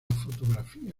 fotografía